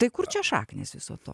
tai kur čia šaknys viso to